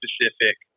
specific